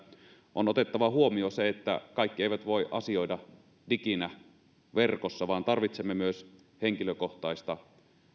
on otettava huomioon se että kaikki eivät voi asioida diginä verkossa vaan tarvitsemme myös henkilökohtaista